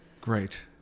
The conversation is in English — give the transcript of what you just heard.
Great